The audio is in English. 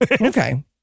okay